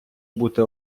бути